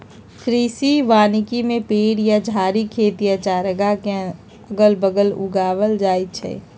कृषि वानिकी में पेड़ या झाड़ी खेत या चारागाह के अगल बगल उगाएल जाई छई